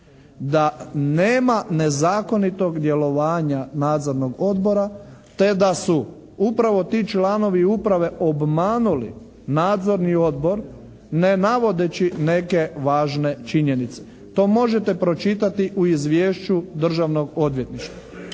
da nema nezakonitog djelovanja Nadzornog odbora te da su upravo ti članovi uprave obmanuli Nadzorni odbor ne navodeći neke važne činjenice. To možete pročitati u Izvješću Državnog odvjetništva.